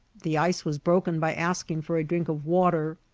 the ice was broken by asking for a drink of water.